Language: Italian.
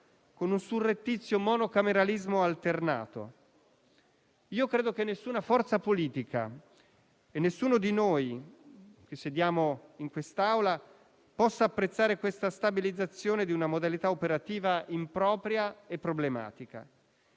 con un surrettizio monocameralismo alternato. Credo che nessuna forza politica in quest'Aula possa apprezzare la stabilizzazione di una modalità operativa impropria e problematica.